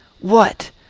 what!